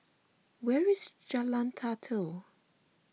where is Jalan Datoh